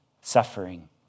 suffering